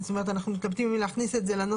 אנחנו מתלבטים אם להכניס את זה לנוסח